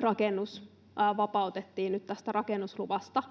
rakennus vapautettiin nyt tästä rakennusluvasta,